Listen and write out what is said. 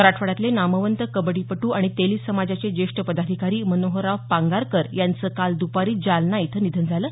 मराठवाड्यातले नामवंत कबड्डीपटू आणि तेली समाजाचे जेष्ठ पदाधिकारी मनोहरराव पांगारकर यांचं काल दपारी जालना इथं निधन झालं